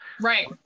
Right